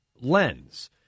lens